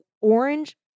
orange